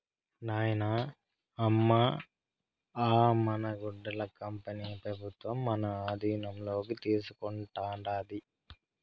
నాయనా, అమ్మ అ మన గుడ్డల కంపెనీ పెబుత్వం తన ఆధీనంలోకి తీసుకుంటాండాది